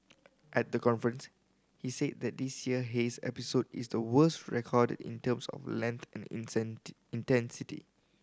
at the conference he said that this year haze episode is the worst recorded in terms of length and intensity